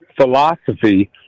philosophy